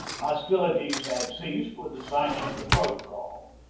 hostilities had ceased with the signing of the protocol,